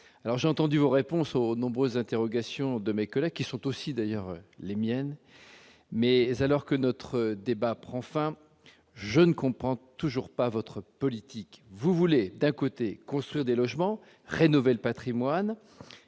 alors j'ai entendu vos réponses aux nombreuses interrogations de mes collègues qui sont aussi, d'ailleurs les miennes mais alors que notre débat prend fin, je ne comprends toujours pas votre politique, vous voulez : d'un côté et construire des logements rénovés, le Patrimoine